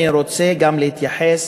אני רוצה גם להתייחס,